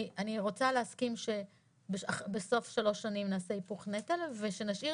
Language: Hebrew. אני רוצה להסכים שבסוף שלוש שנים נעשה היפוך נטל ושנשאיר